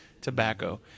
tobacco